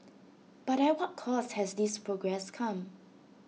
but at what cost has this progress come